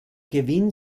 gewinn